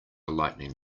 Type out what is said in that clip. lightening